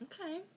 Okay